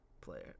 player